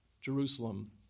Jerusalem